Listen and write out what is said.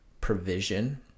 provision